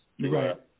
Right